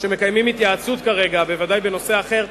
מקיימים התייעצות כרגע, ודאי בנושא אחר.